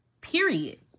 Period